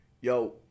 Yo